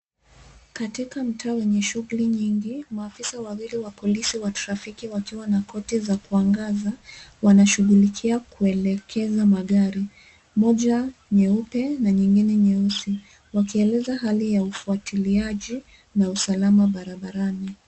Katika mtaa wenye shughuli nyingi, maafisa wawili wa polisi wa trafiki wakiwa na koti za kuangaza, wanashughulikia kuelekeza magari, moja nyeupe na nyingine nyeusi. Wakieleza hali ya ufwatiliaji na usalama barabarani.